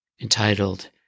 entitled